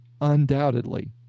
undoubtedly